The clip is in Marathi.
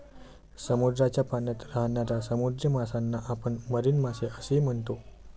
समुद्राच्या पाण्यात राहणाऱ्या समुद्री माशांना आपण मरीन मासे असेही म्हणतो